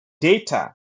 data